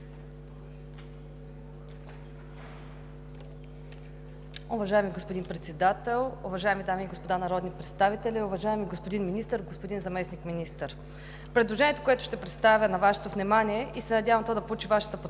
Уважаеми господин Председател, уважаеми дами и господа народни представители, уважаеми господин Министър, господин Заместник-министър! Предложението, което ще представя на Вашето внимание и се надявам то да получи Вашата подкрепа,